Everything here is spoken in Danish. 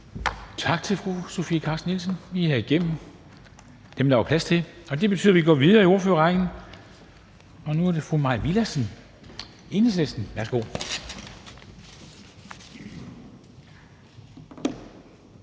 Tak til fru Sofie Carsten Nielsen. Vi er igennem dem, der var plads til, og det betyder, at vi går videre i ordførerrækken, og nu er det fru Mai Villadsen, Enhedslisten. Værsgo.